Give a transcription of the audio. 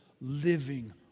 living